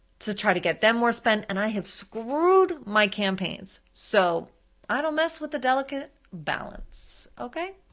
to try to get them more spend, and i have screwed my campaigns. so i don't mess with the delicate balance, okay?